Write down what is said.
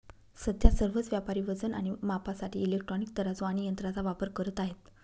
सध्या सर्वच व्यापारी वजन आणि मापासाठी इलेक्ट्रॉनिक तराजू आणि यंत्रांचा वापर करत आहेत